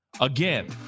again